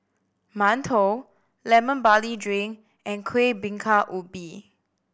mantou Lemon Barley Drink and Kueh Bingka Ubi